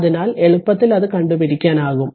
അതിനാൽ എളുപ്പത്തിൽ അത് കണ്ടു പിടിക്കാനാകും